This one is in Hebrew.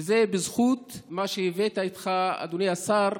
וזה בזכות מה שהבאת איתך, אדוני השר,